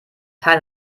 teil